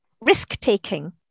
risk-taking